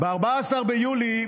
ב-14 ביולי